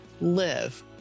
live